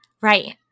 Right